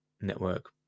Network